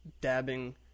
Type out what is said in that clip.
dabbing